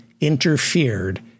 interfered